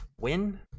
win